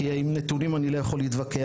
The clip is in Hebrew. כי עם נתונים אני לא יכול להתווכח,